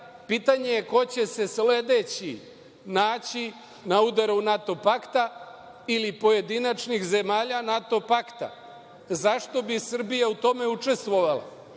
Sirija. Pitanje je ko će se sledeći naći na udaru NATO pakta ili pojedinačnih zemalja NATO pakta. Zašto bi Srbija u tome učestvovala?